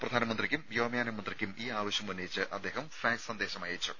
പ്രധാനമന്ത്രിക്കും വ്യോമയാന മന്ത്രിക്കും ഈ ആവശ്യമുന്നയിച്ച് അദ്ദേഹം ഫാക്സ് സന്ദേശമയച്ചു